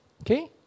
Okay